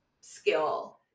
skill